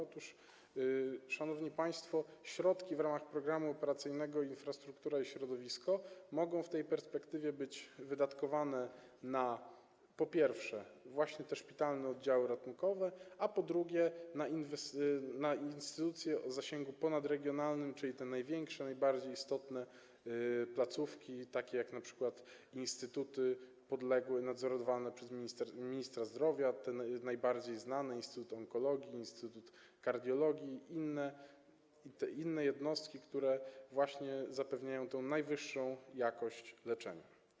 Otóż, szanowni państwo, środki w ramach Programu Operacyjnego „Infrastruktura i środowisko” mogą w tej perspektywie być wydatkowane na, po pierwsze, właśnie te szpitalne oddziały ratunkowe, a po drugie, na instytucje o zasięgu ponadregionalnym, czyli te największe, najbardziej istotne placówki, takie jak np. instytuty podległe ministrowi zdrowia i nadzorowane przez niego, te najbardziej znane: instytut onkologii, instytut kardiologii, inne jednostki, które zapewniają najwyższą jakość leczenia.